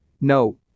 No